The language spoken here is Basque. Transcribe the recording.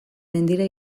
mendira